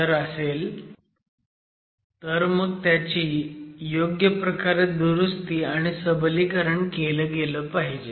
जर असेल तर मग त्याची योग्य प्रकारे दुरुस्ती आणि सबलीकरण केलं पाहिजे